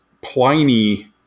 Pliny